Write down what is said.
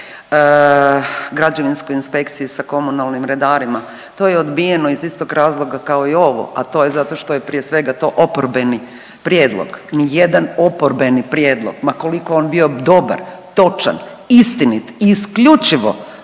građevinskoj inspekciji sa komunalnim redarima, to je odbijeno iz istog razloga kao i ovo, a to je zato što je prije svega to oporbeni prijedlog, nijedan oporbeni prijedlog ma koliko on bio dobar, točan, istinit, isključivo